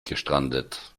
gestrandet